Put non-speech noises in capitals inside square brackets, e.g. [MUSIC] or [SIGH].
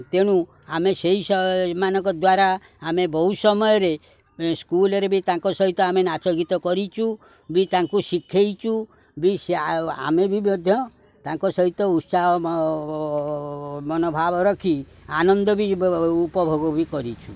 ତେଣୁ ଆମେ ସେଇ [UNINTELLIGIBLE] ମାନଙ୍କ ଦ୍ୱାରା ଆମେ ବହୁ ସମୟରେ ସ୍କୁଲ୍ର ବି ତାଙ୍କ ସହିତ ଆମେ ନାଚ ଗୀତ କରିଛୁ ବି ତାଙ୍କୁ ଶିଖାଇଛୁ ବି ଆମେ ବି ମଧ୍ୟ ତାଙ୍କ ସହିତ ଉତ୍ସାହ ମନୋଭାବ ରଖି ଆନନ୍ଦ ବି ଉପଭୋଗ ବି କରିଛୁ